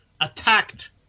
attacked